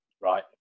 right